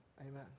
amen